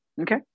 Okay